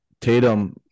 Tatum